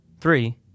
three